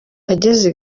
ageze